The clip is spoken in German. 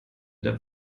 der